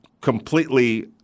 completely